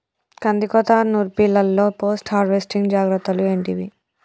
కందికోత నుర్పిల్లలో post harvesting జాగ్రత్తలు ఏంటివి?